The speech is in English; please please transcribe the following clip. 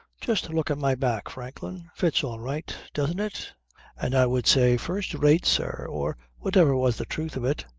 just look at my back, franklin. fits all right, doesn't it and i would say first rate, sir or whatever was the truth of it.